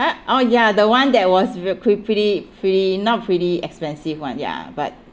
uh oh ya the one that was pretty pretty not pretty expensive one ya but